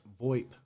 VoIP